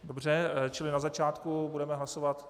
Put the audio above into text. Dobře, čili na začátku budeme hlasovat...